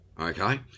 okay